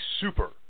super